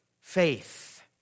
faith